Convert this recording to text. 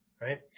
right